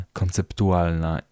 konceptualna